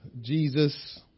Jesus